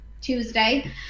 Tuesday